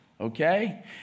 okay